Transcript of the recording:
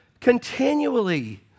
continually